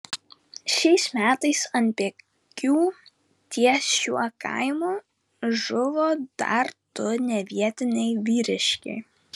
šiais metais ant bėgių ties šiuo kaimu žuvo dar du nevietiniai vyriškiai